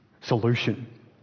solution